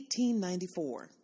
1894